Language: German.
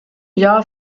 jahr